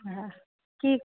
হ্যাঁ কি